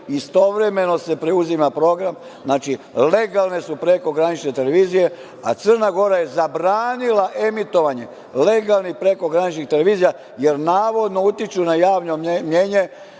istovremeno se preuzima program, znači legalne su prekogranične televizije, a Crna Gora je zabranila emitovanje legalnih prekograničnih televizija, jer navodno utiču na javno mnjenje